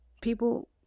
people